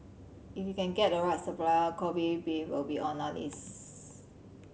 if we can get the right supplier Kobe beef will be on our list